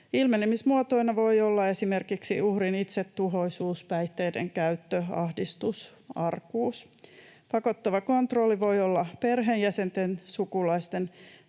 Ilmenemismuotoina voi olla esimerkiksi uhrin itsetuhoisuus, päihteiden käyttö, ahdistus, arkuus. Pakottava kontrolli voi olla perheenjäsenten, sukulaisten